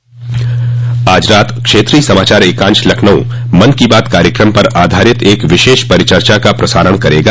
आज रात क्षेत्रीय समाचार एकांश लखनऊ मन की बात कार्यक्रम पर आधारित एक विशेष परिचर्चा का प्रसारण करेगा